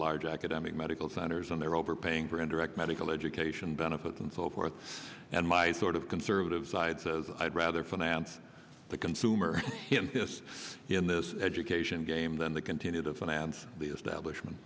large academic medical centers and they're overpaying for indirect medical education benefits and so forth and my sort of conservative side says i'd rather finance the consumer him piss in this education game than the continue to finance the establishment